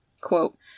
Quote